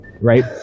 Right